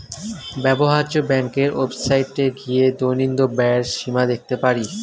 ব্যবহার্য ব্যাংকের ওয়েবসাইটে গিয়ে দৈনন্দিন ব্যয়ের সীমা দেখতে পারি